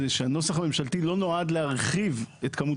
הנוסח הממשלתי לא נועד להרחיב את כמות